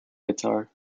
guitar